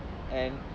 and